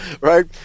right